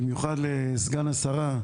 במיוחד לסגן השרה,